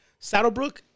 Saddlebrook